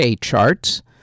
charts